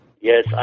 Yes